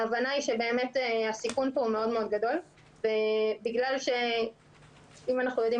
ההבנה היא שבאמת הסיכון פה גדול מאוד ואם אנחנו יודעים